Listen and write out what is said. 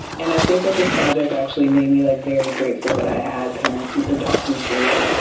and i think that this project actually made me, like, very grateful that i had parents who could talk me through,